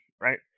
right